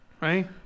right